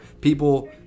people